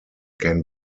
can